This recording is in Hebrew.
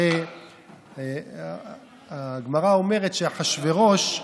הרי הגמרא אומרת שאחשוורוש,